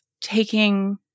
taking